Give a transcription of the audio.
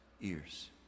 ears